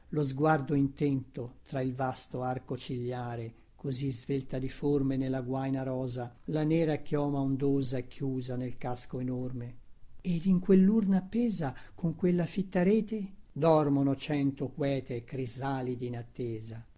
lo sguardo intento tra il vasto arco cigliare così svelta di forme nella guaina rosa la nera chioma ondosa chiusa nel casco enorme ed in quellurna appesa con quella fitta rete dormono cento quete crisalidi in attesa